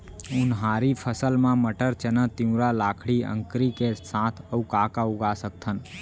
उनहारी फसल मा मटर, चना, तिंवरा, लाखड़ी, अंकरी के साथ अऊ का का उगा सकथन?